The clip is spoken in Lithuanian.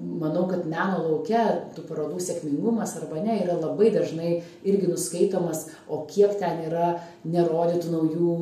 manau kad meno lauke tų progų sėkmingumas arba ne yra labai dažnai irgi nuskaitomas o kiek ten yra nerodytų naujų